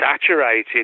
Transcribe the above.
saturated